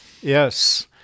Yes